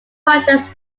protests